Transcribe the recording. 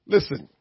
Listen